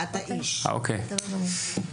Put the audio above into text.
רשות החשמל.